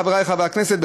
חברי חברי הכנסת,